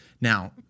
Now